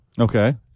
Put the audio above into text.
Okay